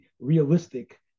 realistic